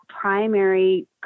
primary